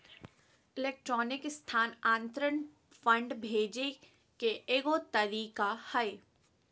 electronic स्थानान्तरण fund भेजे के एगो तरीका हइ